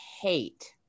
hate